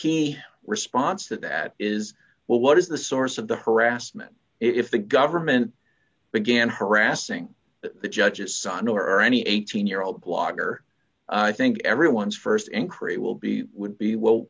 key response that that is well what is the source of the harassment if the government began harassing the judge's son or any eighteen year old blogger i think everyone's st increase will be would be well